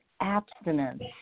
abstinence